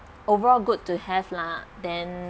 overall good to have lah then